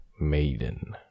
maiden